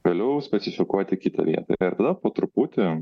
vėliau specifikuoti kitą vietą na ir tada po truputį